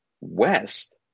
west